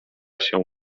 się